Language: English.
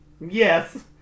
yes